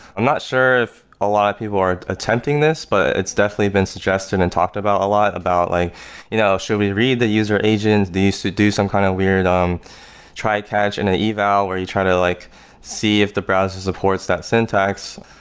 i'm not sure if a lot of people are attempting this, but it's definitely been suggested and talked about a lot about like you know should we read the user agent? they used to do some kind of weird um try catch and an eval, where you try to like see if the browser supports that syntax.